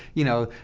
you know,